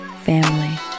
family